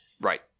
right